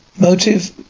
motive